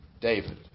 David